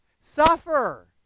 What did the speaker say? suffer